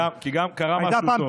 כי גם קרה משהו טוב.